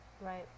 Right